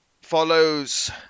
follows